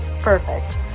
Perfect